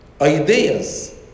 Ideas